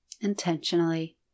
intentionally